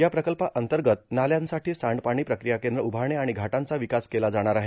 या प्रकल्पाअंतर्गत नाल्यांसाठी सांडपाणी प्रक्रिया केंद्र उभारणं आणि घाटांचा विकास केला जाणार आहे